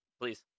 please